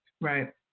Right